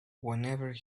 whenever